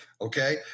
Okay